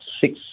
six